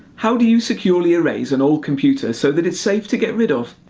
how do you securely erase an old computer, so that it's safe to get rid of?